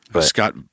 Scott